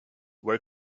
were